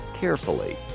carefully